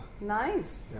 Nice